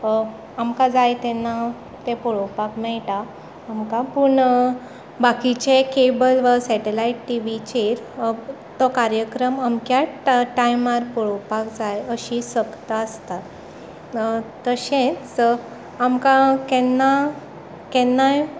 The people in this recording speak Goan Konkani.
आमकां जाय तेन्ना तें पळोपाक मेळटा आमकां पूण बाकीचे केबल वा सेटलायट टिवीचेर तो कार्यक्रम अमक्याच टायमार पळोपाक जाय अशी सक्त आसता तशेंच आमकां केन्ना केन्नाय